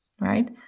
right